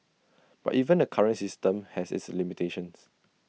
but even the current system has its limitations